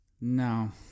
No